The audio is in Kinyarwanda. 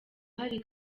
hari